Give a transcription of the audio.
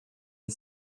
and